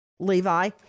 Levi